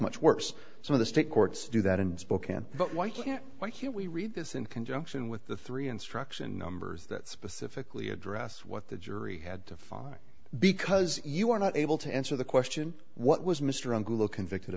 much worse so the state courts do that in spokane but why can't we read this in conjunction with the three instruction numbers that specifically address what the jury had to find because you are not able to answer the question what was mr angulo convicted